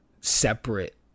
separate